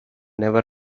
never